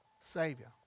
Savior